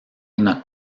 una